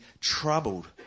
troubled